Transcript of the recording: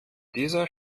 dieser